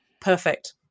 perfect